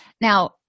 Now